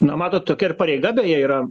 na matot tokia ir pareiga beje yra